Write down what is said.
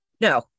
No